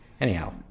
Anyhow